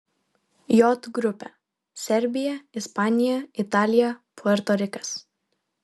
j grupė serbija ispanija italija puerto rikas